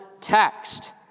text